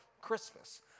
Christmas